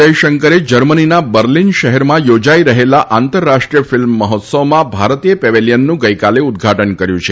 જયશંકરે જર્મનીના બર્લીન શહેરના યોજાઇ રહેલા આંતર રાષ્ટ્રીય ફિલ્મ મહોત્સવમાં ભારતીય પેવીલીયનનું ગઇકાલે ઉદઘાટન કર્યુ છે